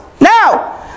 Now